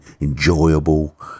enjoyable